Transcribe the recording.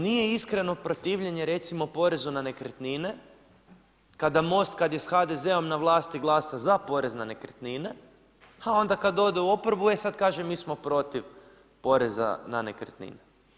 Nije iskreno protivljenje recimo porezu na nekretnine kada MOST kada je sa HDZ-om na vlasti glasa za porez na nekretnine a onda kada ode u oporbu e sada kaže mi smo protiv poreza na nekretnine.